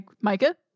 Micah